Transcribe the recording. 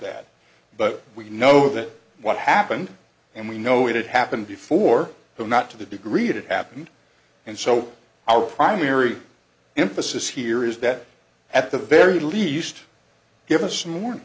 that but we know that what happened and we know it happened before but not to the degree that it happened and so our primary emphasis here is that at the very least give us more